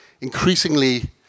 increasingly